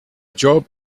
job